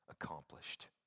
accomplished